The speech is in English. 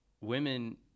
women